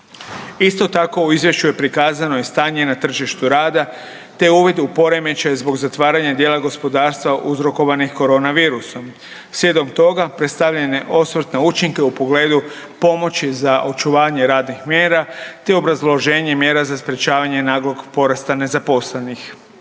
Isto tako u izvješću je prikazano i stanje na tržištu rada te uvid u poremećaje zbog zatvaranje dijela gospodarstva uzrokovanih Korona virusom. Slijedom toga predstavljen je osvrt na učinke u pogledu pomoći za očuvanje radnih mjesta te obrazloženje mjera za sprječavanje naglog porasta nezaposlenih.